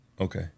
Okay